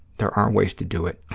there are ways to do it,